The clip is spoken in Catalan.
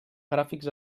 gràfics